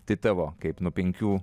tai tavo kaip nuo penkių